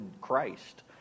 Christ